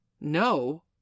No